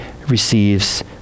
receives